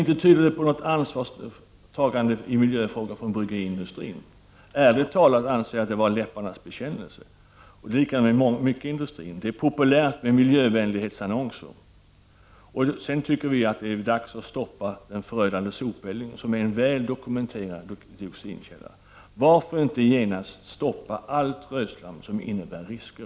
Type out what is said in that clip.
Inte tyder det på något ansvarstagande i miljöfrågor från bryggeriindustrin. Ärligt talat an ser jag att det är läpparnas bekännelse. Det är på samma sätt inom flera delar av industrin, det är populärt med miljövänlighetsannonser. Miljöpartiet anser att det är dags att stoppa den förödande sopeldningen, som är en väl dokumenterad dioxinkälla. Varför inte genast stoppa allt rötslam som innebär risker?